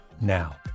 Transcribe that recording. now